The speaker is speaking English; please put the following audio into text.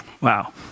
Wow